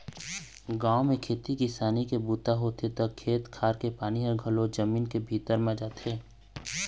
गाँव म खेती किसानी के बूता होथे त खेत खार के पानी ह घलोक जमीन के भीतरी म जाथे